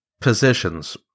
positions